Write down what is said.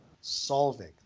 solving